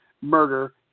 murder